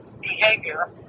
behavior